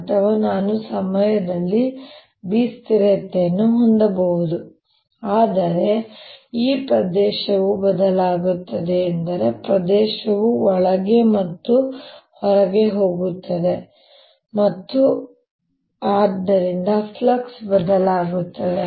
ಅಥವಾ ನಾನು ಸಮಯದಲ್ಲಿ B ಸ್ಥಿರತೆಯನ್ನು ಹೊಂದಬಹುದು ಆದರೆ ಈ ಪ್ರದೇಶವು ಬದಲಾಗುತ್ತದೆ ಎಂದರೆ ಪ್ರದೇಶವು ಒಳಗೆ ಮತ್ತು ಹೊರಗೆ ಹೋಗುತ್ತದೆ ಮತ್ತು ಆದ್ದರಿಂದ ಫ್ಲಕ್ಸ್ ಬದಲಾಗುತ್ತದೆ